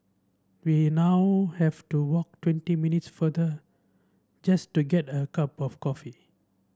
we now have to walk twenty minutes farther just to get a cup of coffee